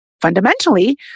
Fundamentally